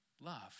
love